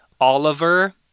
Oliver